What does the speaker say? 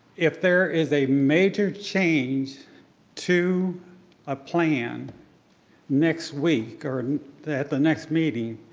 if there is a major change to a plan next week or at and the at the next meeting,